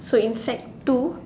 so in sec two